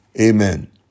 Amen